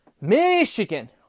Michigan